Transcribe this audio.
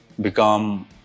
become